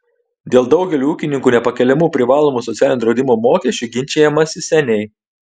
dėl daugeliui ūkininkų nepakeliamų privalomų socialinio draudimo mokesčių ginčijamasi seniai